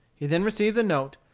he then received the note,